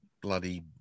bloody